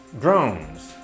drones